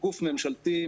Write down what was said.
גוף ממשלתי,